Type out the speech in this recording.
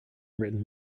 written